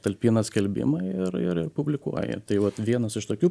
talpina skelbimą ir ir ir publikuoja tai vat vienas iš tokių